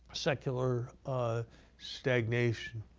secular ah stagnation